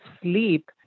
sleep